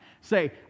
Say